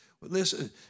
listen